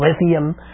lithium